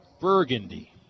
Burgundy